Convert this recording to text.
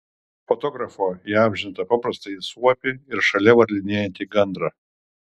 fotografo įamžintą paprastąjį suopį ir šalia varlinėjantį gandrą